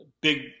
big